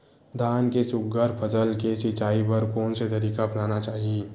धान के सुघ्घर फसल के सिचाई बर कोन से तरीका अपनाना चाहि?